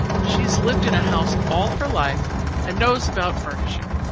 she has lived in a house all her life and knows about furnishing.